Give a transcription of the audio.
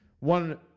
one